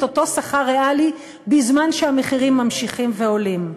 אותו שכר ריאלי בזמן שהמחירים ממשיכים ועולים.